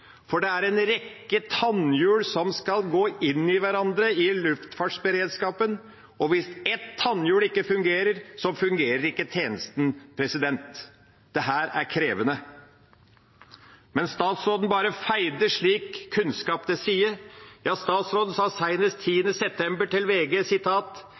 for det er en rekke tannhjul som skal gå inn i hverandre i luftfartsberedskapen. Hvis ett tannhjul ikke fungerer, fungerer ikke tjenesten. Dette er krevende. Men statsråden bare feide slik kunnskap til side. Ja, statsråden sa senest 10. september til VG: